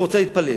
הוא רוצה להתפלל,